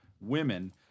women